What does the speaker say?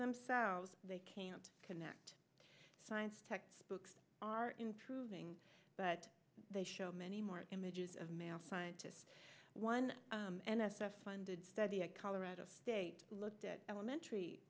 themselves they can't connect science textbooks are improving but they show many more images of male scientists one n s f funded study at colorado state looked at elementary